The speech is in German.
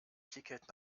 ticket